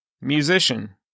musician